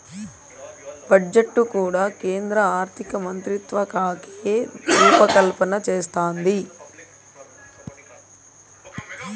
budget కూడా కేంద్ర ఆర్థికమంత్రిత్వకాకే రూపకల్పన చేస్తందాది